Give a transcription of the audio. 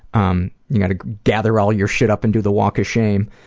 um you gotta gather all your shit up and do the walk of shame,